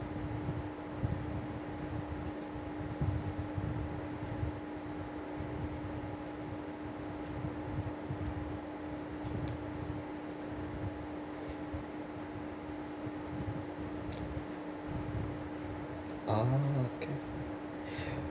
ah okay